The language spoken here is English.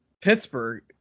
pittsburgh